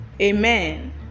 Amen